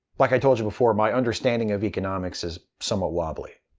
like i told you before, my understanding of economics is somewhat wobbly.